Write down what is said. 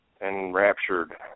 enraptured